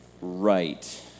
right